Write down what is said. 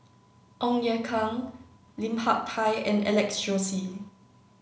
Ong Ye Kung Lim Hak Tai and Alex Josey